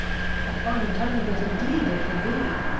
a fine time of it indeed it would be,